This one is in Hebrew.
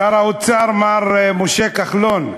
שר האוצר, מר משה כחלון,